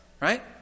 right